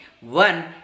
One